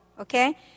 okay